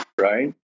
right